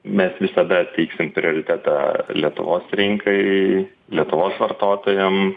mes visada teiksim prioritetą lietuvos rinkai lietuvos vartotojam